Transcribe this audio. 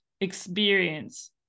experience